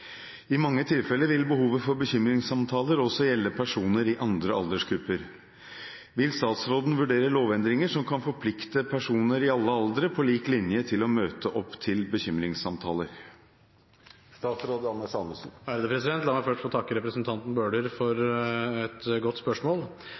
I mange tilfeller vil behovet for bekymringssamtaler også gjelde personer i andre aldersgrupper. Vil statsråden vurdere lovendringer som kan forplikte personer i alle aldre på lik linje til å møte opp til bekymringssamtaler?» La meg først få takke representanten Bøhler for et godt spørsmål.